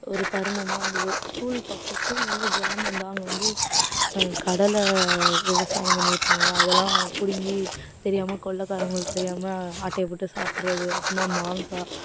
ஒரு தருணமாக இருந்தது ஸ்கூல் பக்கம் ஸ்கூல் வந்து கிராமந்தான் அங்கே வந்து கடலை விவசாயம் பண்ணி இருப்பாங்க அதெல்லாம் பிடிங்கி தெரியாமல் கொல்லைரங்களுக்கு தெரியாமல் ஆட்டையை போட்டு சாப்புடுறது அப்புறமா மாங்காய்